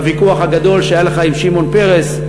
בוויכוח הגדול שהיה לך עם שמעון פרס,